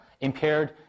impaired